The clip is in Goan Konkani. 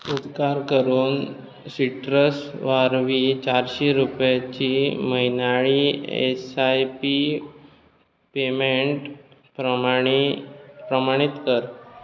उपकार करून सिट्रस वारवीं चारशें रुपयांची म्हयन्याळी एसआयपी पेमेंट प्रमाणी प्रामाणीत कर